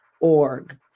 org